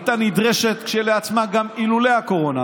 היא הייתה נדרשת כשלעצמה גם אילולא הקורונה,